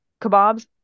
Kebabs